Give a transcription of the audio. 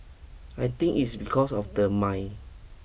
I think it's because of the mine